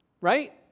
Right